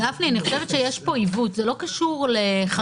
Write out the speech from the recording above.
אותו גבר לא יכול לשמור על הילד משום שעל פי החוק של משרד